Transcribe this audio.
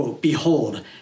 ...behold